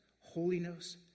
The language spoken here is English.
holiness